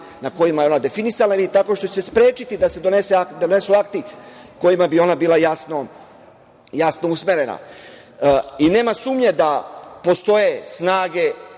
na kojima je ona definisana ili tako što će se sprečiti da se donesu akti kojima bi ona bila jasno usmerena. Nema sumnje da postoje snage